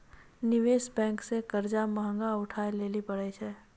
निवेश बेंक से कर्जा महगा उठाय लेली परै छै